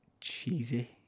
cheesy